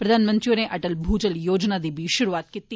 प्रधानमंत्री होरें अटल भूजल योजना दी शुरूआत कीती